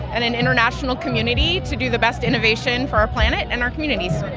and an international community to do the best innovation for our planet and our communities.